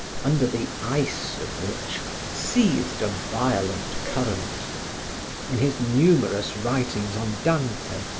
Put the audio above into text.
under the ice of which seethed a violent current in his numerous writings on dante,